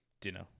dinner